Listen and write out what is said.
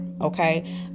okay